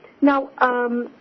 Now